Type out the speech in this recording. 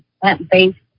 plant-based